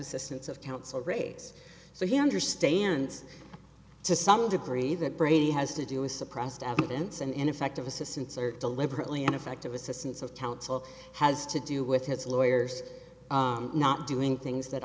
assistance of counsel raise so he understands to some degree that brady has to do with suppressed evidence and ineffective assistance or deliberately ineffective assistance of counsel has to do with his lawyers not doing things that